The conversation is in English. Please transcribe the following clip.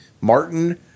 Martin